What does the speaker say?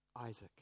Isaac